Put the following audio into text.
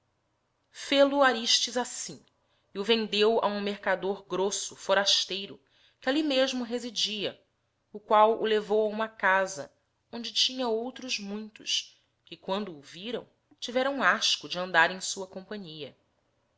e o vcndeo a lium mercador grosso forasteiro que alli mesmo residia o qual o levou a huma casa onde tinha outros muitos que quando o virão tiverão asco de andar em sua companhia